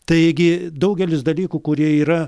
taigi daugelis dalykų kurie yra